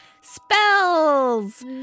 spells